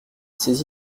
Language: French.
saisi